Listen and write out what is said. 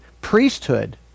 priesthood